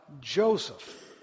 Joseph